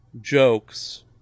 jokes